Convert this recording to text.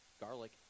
garlic